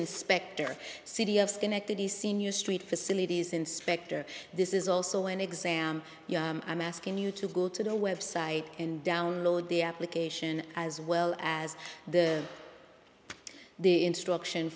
inspector city of connected the senior st facilities inspector this is also an exam i'm asking you to go to the website and download the application as well as the the instruction